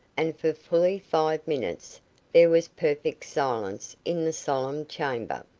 and for fully five minutes there was perfect silence in the solemn chamber.